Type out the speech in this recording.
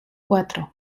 cuatro